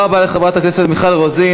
תודה רבה לחברת הכנסת מיכל רוזין.